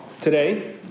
today